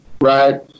right